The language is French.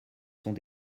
sont